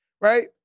Right